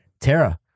Tara